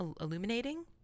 illuminating